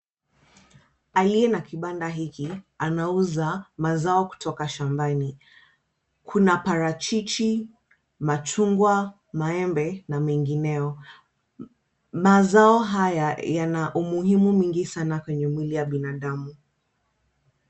Aliye na kibanda hiki, anauza mazao kutoka shambani. Kuna parachichi, machungwa, maembe na mengineyo. Mazao haya yana umuhimu mwingi sana kwenye mwili ya binadamu.